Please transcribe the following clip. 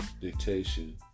dictation